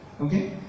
okay